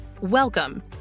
Welcome